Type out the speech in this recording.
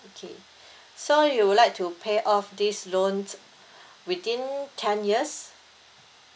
okay so you would like to pay off these loan within ten years